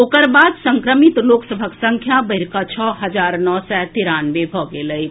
ओकर बाद संक्रमित लोक सभक संख्या बढ़ि कऽ छओ हजार नओ सय तिरानवे भऽ गेल अछि